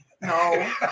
No